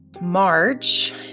March